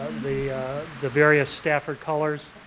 and the the various stafford colors.